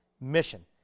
mission